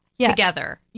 together